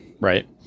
right